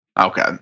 Okay